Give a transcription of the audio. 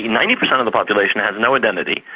ninety percent of the population had no identity,